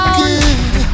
good